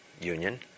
union